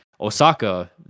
Osaka